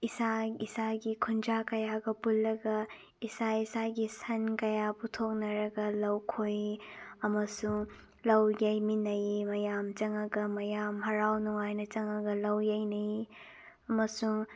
ꯏꯁꯥ ꯏꯁꯥꯒꯤ ꯈꯨꯟꯖꯥ ꯀꯌꯥꯒ ꯄꯨꯜꯂꯒ ꯏꯁꯥ ꯏꯁꯥꯒꯤ ꯁꯟ ꯀꯌꯥ ꯄꯨꯊꯣꯛꯅꯔꯒ ꯂꯧ ꯈꯣꯏ ꯑꯃꯁꯨꯡ ꯂꯧ ꯌꯩꯃꯤꯟꯅꯩ ꯃꯌꯥꯝ ꯆꯪꯉꯒ ꯃꯌꯥꯝ ꯍꯥꯔꯥꯎ ꯅꯨꯡꯉꯥꯏꯅ ꯆꯪꯉꯒ ꯂꯧ ꯌꯩꯅꯩ ꯑꯃꯁꯨꯡ